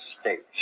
States